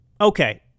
Okay